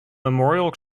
memorial